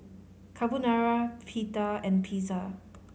Carbonara Pita and Pizza